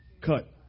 Cut